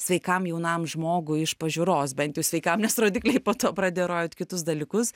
sveikam jaunam žmogui iš pažiūros bent jau sveikam nes rodikliai po to pradėjo rodyt kitus dalykus